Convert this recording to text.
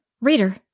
Reader